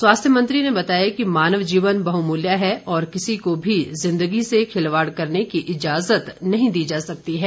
स्वास्थ्य मंत्री ने बताया कि मानव जीवन बहमूल्य है और किसी को भी जिंदगी से खिलवाड़ करने की इजाज़त नहीं दी जा सकती है